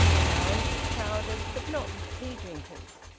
the lounge was crowded, but not with tea-drinkers.